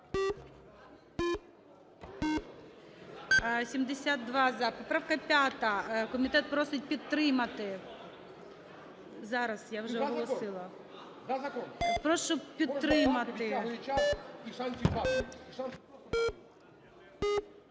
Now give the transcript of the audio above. За-71 Поправка 5. Комітет просить підтримати. Зараз, я вже оголосила. Прошу підтримати.